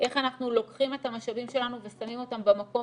איך אנחנו לוקחים את המשאבים שלנו ושמים אותם במקום